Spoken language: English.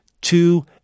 two